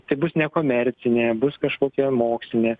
tai bus nekomercinė bus kažkokia mokslinė